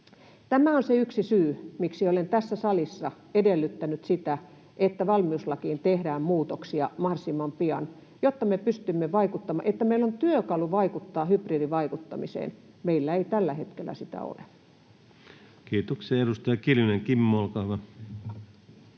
Tämä on yksi syy siihen, miksi olen tässä salissa edellyttänyt sitä, että valmiuslakiin tehdään muutoksia mahdollisimman pian, että meillä on työkalu vaikuttaa hybridivaikuttamiseen. Meillä ei tällä hetkellä sitä ole. Kiitoksia. — Edustaja Kiljunen, Kimmo, olkaa hyvä.